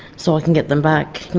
so i can get them back.